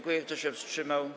Kto się wstrzymał?